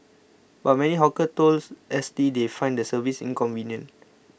but many hawkers told S T they find the service inconvenient